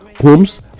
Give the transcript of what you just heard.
homes